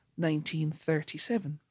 1937